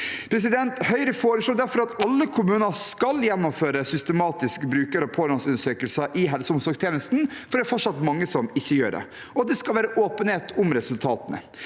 Høyre foreslår derfor at alle kommuner skal gjennomføre systematiske bruker- og pårørendeundersøkelser i helse- og omsorgstjenesten, for det er fortsatt mange som ikke gjør det. Og det skal være åpenhet om resultatene.